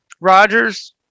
Rodgers